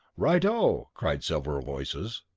right-o! cried several voices.